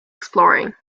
exploring